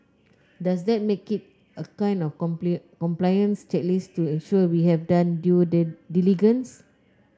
does that make it a kind of compliance checklist to ensure we have done due diligence